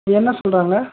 என்ன சொல்கிறாங்க